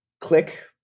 Click